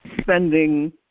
spending